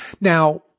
Now